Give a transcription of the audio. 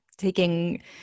taking